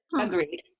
Agreed